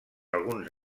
alguns